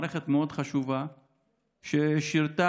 מערכת מאוד חשובה ששירתה